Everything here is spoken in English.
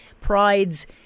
pride's